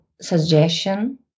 suggestion